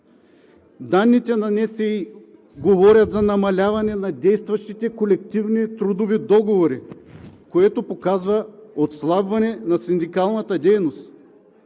Данните на НСИ говорят за намаляване на действащите колективни трудови договори, което показва отслабване на синдикалната дейност.